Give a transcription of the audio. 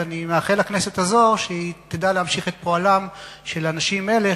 ואני מאחל לכנסת הזאת שתדע להמשיך את פועלם של אנשים אלו,